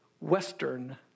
Western